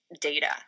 data